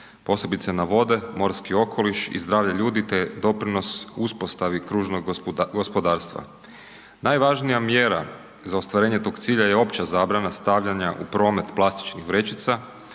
posebice na vode, morski okoliš, zdravlje ljudi te doprinos uspostavi kružnog gospodarstva. Najvažnija mjera za ostvarenje tog cilja je opća zabrana stavljanja u promet plastičnih vrećica